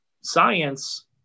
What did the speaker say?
science